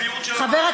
את מדברת